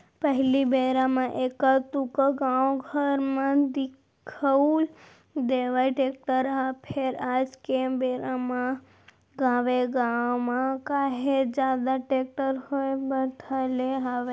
पहिली बेरा म एका दूका गाँव घर म दिखउल देवय टेक्टर ह फेर आज के बेरा म गाँवे गाँव म काहेच जादा टेक्टर होय बर धर ले हवय